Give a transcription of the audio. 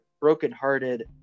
brokenhearted